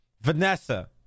Vanessa